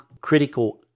critical